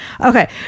okay